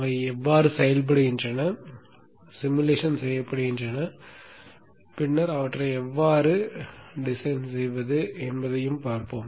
அவை எவ்வாறு செயல்படுகின்றன உருவகப்படுத்துகின்றன பின்னர் அவற்றை எவ்வாறு வடிவமைப்பது என்பதையும் பார்ப்போம்